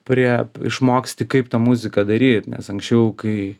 prie išmoksti kaip tą muziką daryt nes anksčiau kai